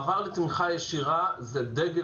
מעבר לתמיכה ישירה זה דגל,